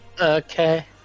okay